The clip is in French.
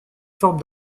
forme